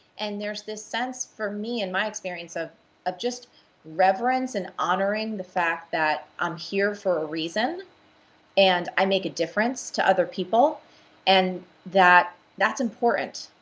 and there's this sense, for me in my experience, of of just reverence and honoring the fact that i'm here for a reason and i make a difference to other people and that that's important.